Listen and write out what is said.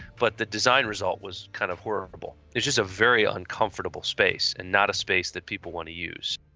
but the design result was kind of horrible. it's just a very uncomfortable space and not a space that people want to use.